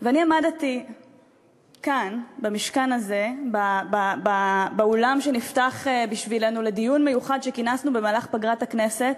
שומרים על הדרום ומגינים על הדרום ומחבקים את התושבים האמיצים